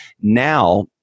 now